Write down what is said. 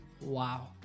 Wow